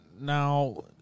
Now